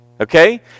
Okay